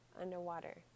underwater